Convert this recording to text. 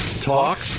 talk